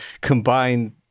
combine